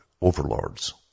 overlords